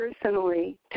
personally